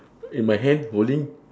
in my hand holding